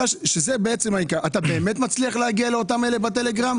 אתה באמת מצליח להגיע לאותם אלה בטלגרם?